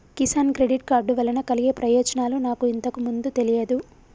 Kisan credit card వలన కలిగే ప్రయోజనాలు నాకు ఇంతకు ముందు తెలియదు